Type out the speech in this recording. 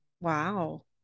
Wow